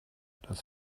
das